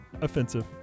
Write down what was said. offensive